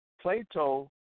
Plato